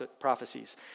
prophecies